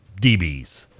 DBs